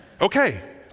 okay